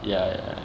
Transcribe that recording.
ya ya